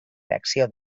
reacció